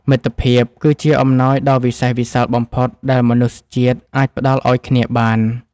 មិត្តភាពគឺជាអំណោយដ៏វិសេសវិសាលបំផុតដែលមនុស្សជាតិអាចផ្ដល់ឱ្យគ្នាបាន។